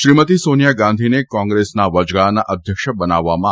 શ્રીમતી સોનિયા ગાંધીને કોંગ્રેસના વયગાળાના અધ્યક્ષ બનાવવામાં આવ્યા